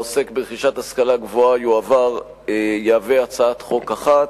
שעוסק ברכישת השכלה גבוהה, יהווה הצעת חוק אחת,